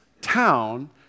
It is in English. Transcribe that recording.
town